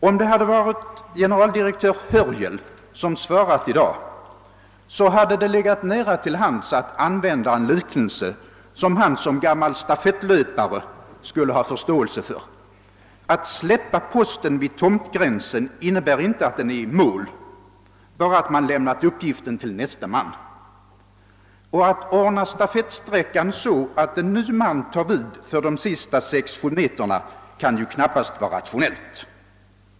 Om det hade varit generaldirektör Hörjel som svarat i dag, hade det legat nära till hands att använda en liknelse som han som gammal stafettlöpare skulle ha förståelse för. Att leverera posten vid tomtgränsen innebär inte att den är i mål — bara att man lämnar uppgiften till nästa man. Och att ordna stafettsträckan så, att en ny man tar vid för de sista sex sju metrarna kan väl knappast vara rationellt.